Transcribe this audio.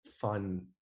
fun